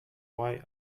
why